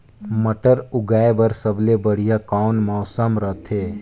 मटर उगाय बर सबले बढ़िया कौन मौसम रथे?